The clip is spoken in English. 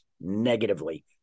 negatively